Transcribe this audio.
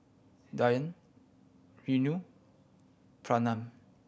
Dhyan Renu Pranav